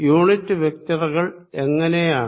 unit വെക്റ്ററുകൾ എങ്ങിനെയാണ്